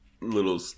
little